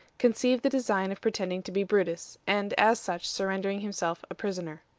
conceived the design of pretending to be brutus, and, as such, surrendering himself a prisoner.